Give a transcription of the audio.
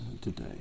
today